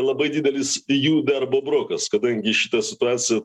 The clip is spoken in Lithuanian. labai didelis jų darbo brokas kadangi šita situacija